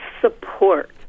Support